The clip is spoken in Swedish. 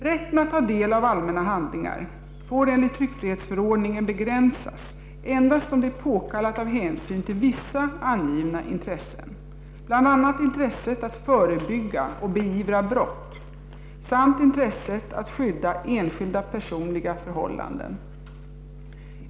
Rätten att ta del av allmänna handlingar får enligt tryckfrihetsförordningen begränsas endast om det är påkallat av hänsyn till vissa angivna intressen, bl.a. intresset att förebygga och beivra brott samt intresset att skydda enskildas personliga förhållanden.